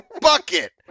bucket